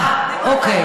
אה, אוקיי.